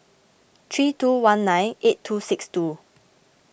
three two one nine eight two six two